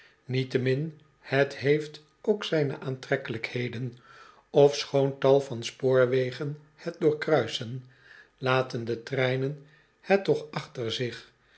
niettemin het heeft ook zijne aantrekkelijkheden ofschoon tal van spoorwegen het doorkruisen laten de treinen het toch achter zich